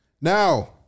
Now